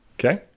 Okay